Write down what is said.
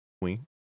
Queen